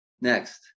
Next